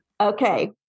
Okay